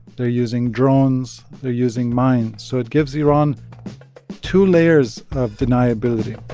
they're using drones. they're using mine. so it gives iran two layers of deniability